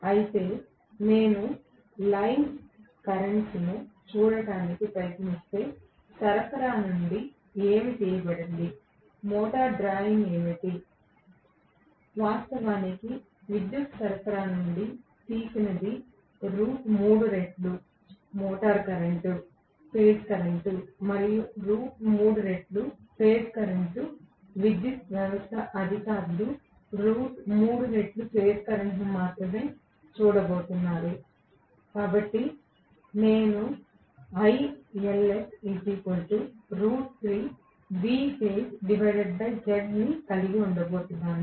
అయితే నేను లైన్ ప్రవాహాలను చూడటానికి ప్రయత్నిస్తే సరఫరా నుండి ఏమి తీయబడింది మోటారు డ్రాయింగ్ ఏమిటి వాస్తవానికి విద్యుత్ సరఫరా నుండి తీసినది రూట్ 3 రెట్లు మోటారు కరెంట్ ఫేజ్ కరెంట్ మరియు 3రెట్లు ఫేజ్ కరెంట్ విద్యుత్ వ్యవస్థ అధికారులు 3రెట్లు ఫేజ్ కరెంట్ ని మాత్రమే చూడబోతున్నారు కాబట్టి నేను ని కలిగి ఉన్నాను